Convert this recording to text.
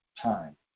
time